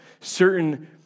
certain